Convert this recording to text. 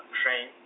train